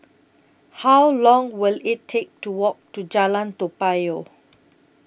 How Long Will IT Take to Walk to Jalan Toa Payoh